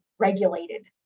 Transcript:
Regulated